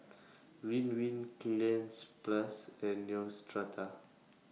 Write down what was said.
Ridwind Cleanz Plus and Neostrata